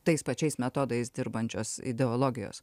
tais pačiais metodais dirbančios ideologijos